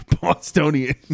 Bostonian